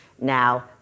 now